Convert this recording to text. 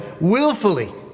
willfully